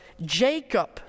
Jacob